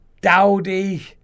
dowdy